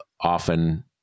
often